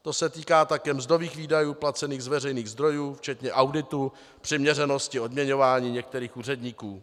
To se týká také mzdových výdajů placených z veřejných zdrojů včetně auditu přiměřenosti odměňování některých úředníků.